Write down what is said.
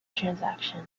transaction